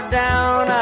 down